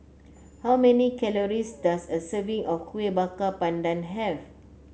how many calories does a serving of Kueh Bakar Pandan have